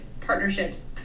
partnerships